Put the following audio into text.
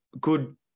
Good